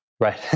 Right